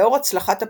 לאור הצלחת הפתיתים,